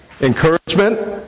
Encouragement